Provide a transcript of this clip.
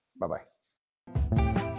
Bye-bye